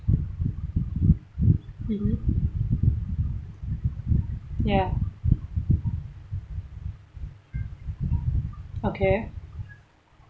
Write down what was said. mmhmm ya okay